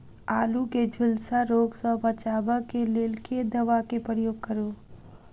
आलु केँ झुलसा रोग सऽ बचाब केँ लेल केँ दवा केँ प्रयोग करू?